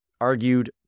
argued